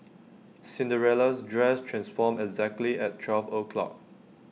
Cinderella's dress transformed exactly at twelve o'clock